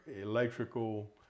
electrical